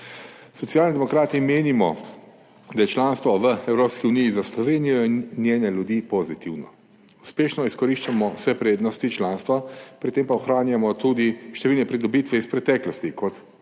Socialni demokrati menimo, da je članstvo v Evropski uniji za Slovenijo in njene ljudi pozitivno. Uspešno izkoriščamo vse prednosti članstva, pri tem pa ohranjamo tudi številne pridobitve iz preteklosti, kot je